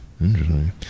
Interesting